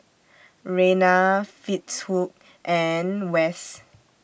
Reyna Fitzhugh and Wes